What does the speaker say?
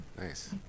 nice